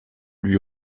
lui